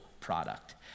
product